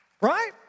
Right